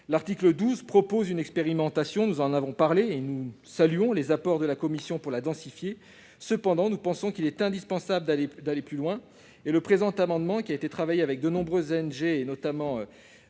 L'article 12 propose une expérimentation- nous en avons parlé -et nous saluons les apports de la commission pour la densifier. Cependant, nous pensons qu'il est indispensable d'aller plus loin. Le présent amendement, qui a été travaillé avec de nombreuses ONG, notamment